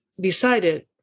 decided